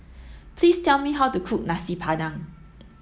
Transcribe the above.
please tell me how to cook Nasi Padang